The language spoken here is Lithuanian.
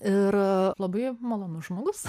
ir labai malonus žmogus